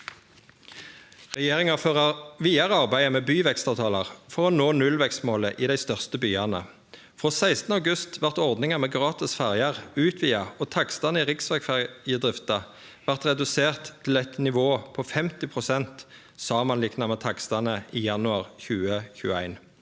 Regjeringa fører vidare arbeidet med byvekstavtalar for å nå nullvekstmålet i dei største byane. Frå 16. august vart ordninga med gratis ferjer utvida, og takstane i riksvegferjedrifta var reduserte til eit nivå på 50 pst. samanlikna med takstane i januar 2021.